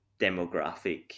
demographic